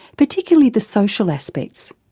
particularly the social aspects.